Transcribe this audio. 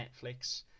Netflix